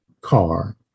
car